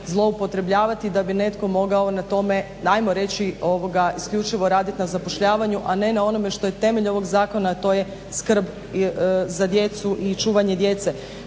da bi netko mogao na tome ajmo reći isključivo radit na zapošljavanju, a ne na onome što je temelj ovog zakona, a to je skrb za djecu i čuvanje djece.